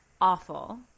awful